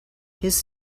his